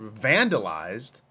vandalized